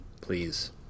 Please